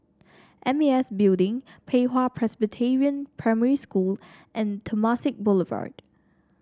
M A S Building Pei Hwa Presbyterian Primary School and Temasek Boulevard